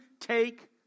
take